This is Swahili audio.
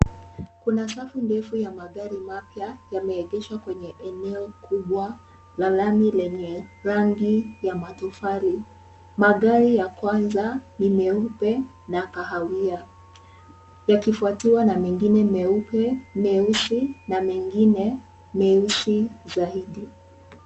Kuna safu ndefu ya magari mapya yameegeshwa kwenye eneo kubwa na lami yenye rangi ya matofali. Magari ya kwanza ni meupe na kahawia yakifuatiwa na mengine meupe, meusi na mengine meusi zaidi.